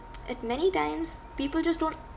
at many times people just don't